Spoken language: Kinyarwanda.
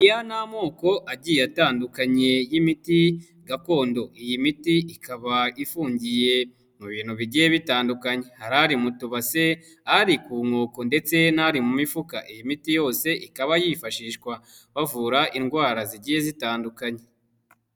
Aya ni amoko agiye atandukanye y'imiti gakondo, iyi miti ikaba ifungiye mu bintu bigiye bitandukanye, hari ari mu tubase, ari ku nkoko ndetse n'ari mu mifuka. Iyi miti yose ikaba yifashishwa bavura indwara zigiye zitandukanye